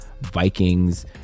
Vikings